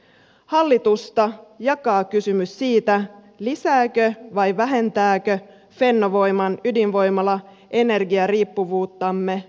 hallitusta jakaa kysymys siitä lisääkö vai vähentääkö fennovoiman ydinvoimala energiariippuvuuttamme venäjästä